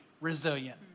resilient